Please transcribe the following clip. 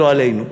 לא עלינו.